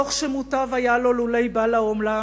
דוח שמוטב היה לו לולא בא לעולם,